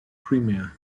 crimea